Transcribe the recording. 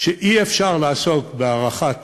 שאי-אפשר לעסוק בהארכת